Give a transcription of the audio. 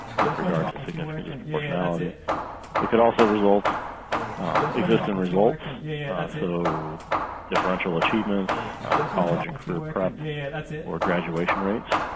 with regard to significant disproportionality. it could also result exist in results so differential achievements college and career prep or graduation rates.